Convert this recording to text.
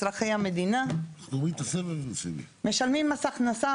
אזרחי המדינה משלמים מס הכנסה,